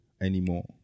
anymore